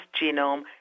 genome